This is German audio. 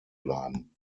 bleiben